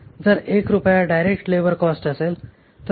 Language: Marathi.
जर 1 रुपये डायरेक्ट लेबर कॉस्ट असेल तर ओव्हरहेड किंमत 4 रुपये असेल